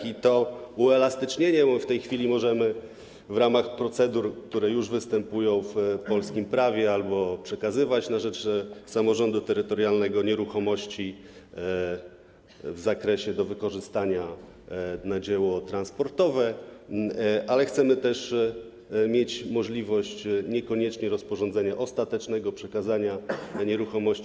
I to jest uelastycznienie, bo w tej chwili możemy w ramach procedur, które już występują w polskim prawie, przekazywać na rzecz samorządu terytorialnego nieruchomości do wykorzystania na dzieło transportowe, ale chcemy też mieć możliwość niekoniecznie rozporządzenia ostatecznego, przekazania nieruchomości.